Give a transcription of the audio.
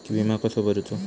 विमा कसो भरूचो?